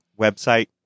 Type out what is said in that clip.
website